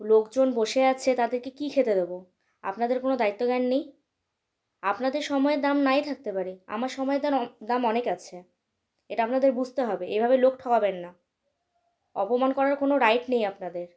লোকজন বসে আছে তাদেরকে কি খেতে দেব আপনাদের কোনো দায়িত্বজ্ঞান নেই আপনাদের সময়ের দাম নাই থাকতে পারে আমার সময়ের দাম অনেক আছে এটা আপনাদের বুঝতে হবে এভাবে লোক ঠকাবেন না অপমান করার কোনো রাইট নেই আপনাদের